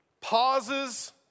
pauses